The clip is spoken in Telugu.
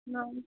అవును